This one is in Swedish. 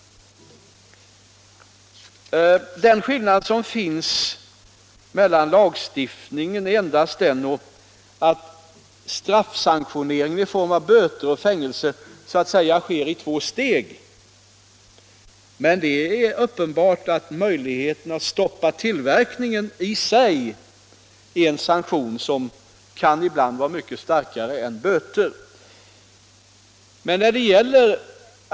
Den skillnad som finns i lagstiftningen är endast att straffsanktionering i form av böter och fängelse sker så att säga i två steg, men det är uppenbart att ett ingripande i den formen att man stoppar tillverkningen är en sanktion som ibland kan vara mycket starkare än böter.